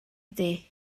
ydy